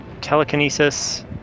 telekinesis